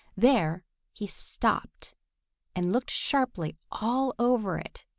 there he stopped and looked sharply all over it.